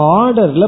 order